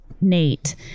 Nate